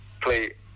play